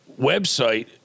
website